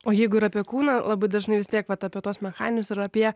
o jeigu ir apie kūną labai dažnai vis tiek vat apie tuos mechaninius ir apie